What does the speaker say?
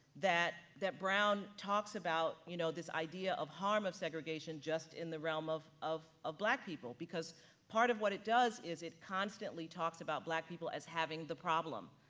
that that brown talks about, you know, this idea of harm of segregation, just in the realm of of ah black people because part of what it does is it constantly talks about black people as having the problem,